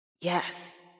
Yes